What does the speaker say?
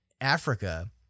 Africa